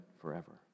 forever